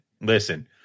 listen